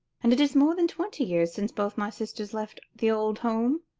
and it is more than twenty years since both my sisters left the old home.